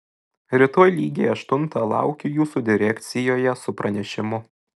rytoj lygiai aštuntą laukiu jūsų direkcijoje su pranešimu